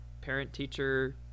parent-teacher